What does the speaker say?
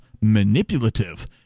manipulative